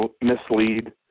mislead